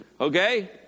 Okay